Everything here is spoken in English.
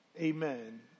amen